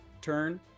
turn